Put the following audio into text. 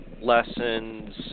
lessons